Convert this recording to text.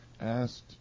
asked